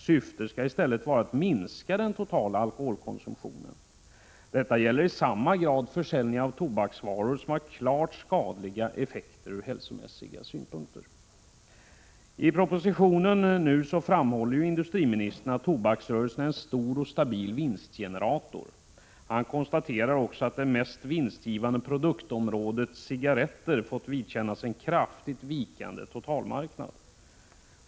Syftet skall i stället vara att minska den totala alkoholkonsumtionen. Det gäller i samma grad försäljning av tobaksvaror, som har klart skadliga effekter ur hälsomässig synvinkel. I propositionen framhåller industriministern att tobaksrörelsen är en stor och stabil vinstgenerator. Han konstaterar också att det mest vinstgivande — Prot. 1986/87:134 produktområdet, cigaretter, har fått vidkännas en kraftigt vikande total 2juni 1987 marknad.